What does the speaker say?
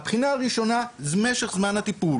הבחינה הראשונה היא משך זמן הטיפול